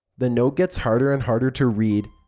the note gets harder and harder to read,